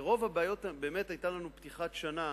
באמת היתה לנו פתיחת שנה